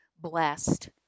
blessed